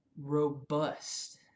robust